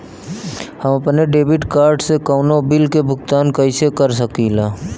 हम अपने debit card से कउनो बिल के भुगतान कइसे कर सकीला?